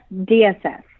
DSS